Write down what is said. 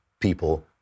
people